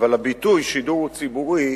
אבל הביטוי "שידור ציבורי"